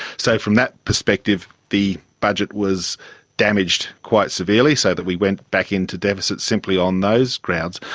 so from that perspective the budget was damaged quite severely so that we went back into deficit simply on those grounds.